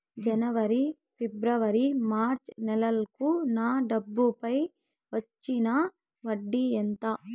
జనవరి, ఫిబ్రవరి, మార్చ్ నెలలకు నా డబ్బుపై వచ్చిన వడ్డీ ఎంత